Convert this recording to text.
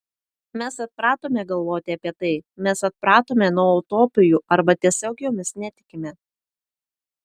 mes atpratome galvoti apie tai mes atpratome nuo utopijų arba tiesiog jomis netikime